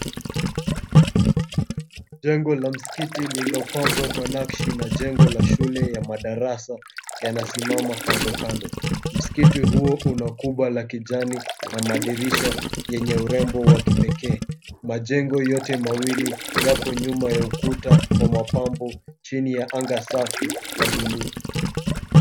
Jengo la msikiti lililopambwa kwa nakshi na jengo la shule ya madarasa yanasimama kando kando. Msikiti huo una kuba la kijani na madirisha yenye urembo wa kipekee. Majengo yote mawili yapo nyuma ya ukuta kwa mapambo chini ya anga safi la buluu.